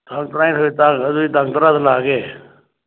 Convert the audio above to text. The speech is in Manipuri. ꯇꯥꯡ ꯇꯔꯥꯅꯤꯊꯣꯏꯗ ꯑꯗꯨꯗꯤ ꯇꯥꯡ ꯇꯔꯥꯗ ꯂꯥꯛꯑꯒꯦ